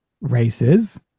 races